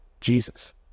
Jesus